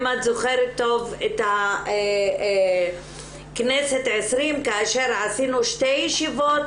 אם את זוכרת טוב את הכנסת ה-20 כאשר עשינו שתי ישיבות